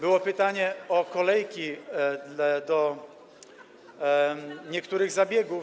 Było pytanie o kolejki do niektórych zabiegów.